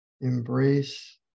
Embrace